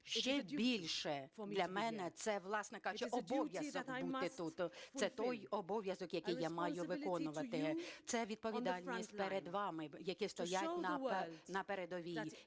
це, власне кажучи, обов'язок бути тут. Це той обов'язок, який я маю виконувати. Це відповідальність перед вами, які стоять на передовій.